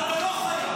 אבל אתה לא חייב.